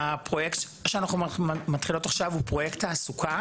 הפרויקט שאנחנו מתחילות עכשיו הוא פרויקט תעסוקה